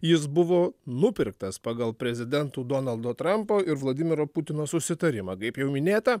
jis buvo nupirktas pagal prezidentų donaldo trampo ir vladimiro putino susitarimą kaip jau minėta